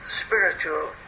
spiritual